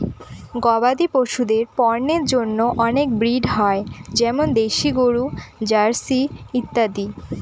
গবাদি পশুদের পন্যের জন্য অনেক ব্রিড হয় যেমন দেশি গরু, জার্সি ইত্যাদি